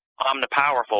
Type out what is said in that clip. omnipowerful